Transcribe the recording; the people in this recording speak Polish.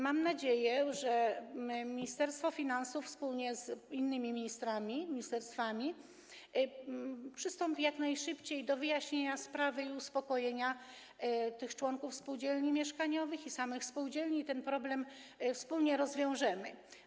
Mam nadzieję, że Ministerstwo Finansów wspólnie z innymi ministerstwami przystąpi jak najszybciej do wyjaśnienia sprawy i uspokojenia tych członków spółdzielni mieszkaniowych i samych spółdzielni i ten problem wspólnie rozwiążemy.